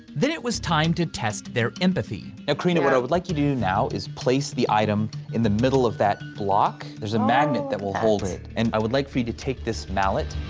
then it was time to test their empathy akrino, what i would like to do now is place the item in the middle of that block, there's a magnet that will hold it and i would like for you to take this mallet.